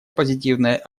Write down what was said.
позитивной